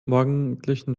morgendlichen